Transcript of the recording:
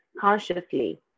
consciously